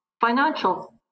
financial